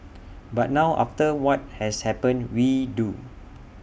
but now after what has happened we do